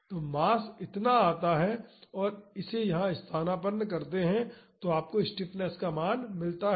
तो मास इतना आता है और इसे यहाँ स्थानापन्न करते हैं आपको स्टिफनेस का मान मिलता है